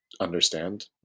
understand